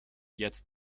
jetzt